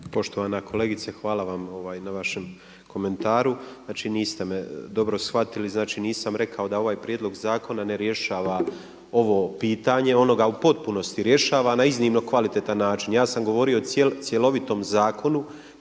Poštovane kolegice hvala vam na vašem komentaru. Znači niste me dobro shvatili. Znači nisam rekao da ovaj prijedlog zakona ne rješava ovo pitanje. Ono ga u potpunosti rješava na iznimno kvalitetan način. Ja sam govorio o cjelovitom zakonu